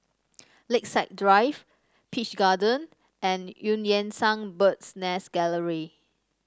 Lakeside Drive Peach Garden and Eu Yan Sang Bird's Nest Gallery